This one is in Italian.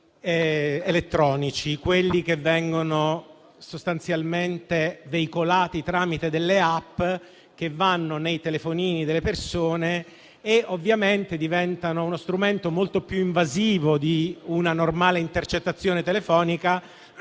elettronici, che vengono sostanzialmente veicolati tramite *app*, che vanno nei telefonini delle persone e diventano uno strumento molto più invasivo di una normale intercettazione telefonica.